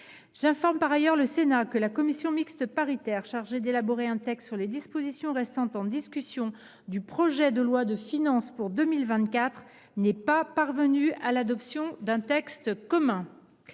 J’informe le Sénat que la commission mixte paritaire chargée d’élaborer un texte sur les dispositions restant en discussion du projet de loi de finances pour 2024 n’est pas parvenue à l’adoption d’un texte commun.